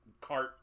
cart